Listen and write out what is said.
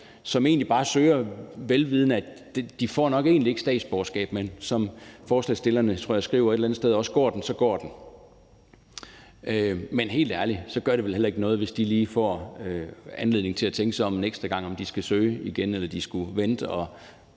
som egentlig bare søger, vel vidende at de nok ikke får statsborgerskab, men som, hvad forslagsstillerne også skriver et eller andet sted, tænker: Går den, så går den. Men helt ærligt gør det vel heller ikke noget, hvis de lige får anledning til at tænke sig om en ekstra gang, i forhold til om de skal søge igen, eller om de skulle vente og